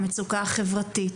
המצוקה החברתית,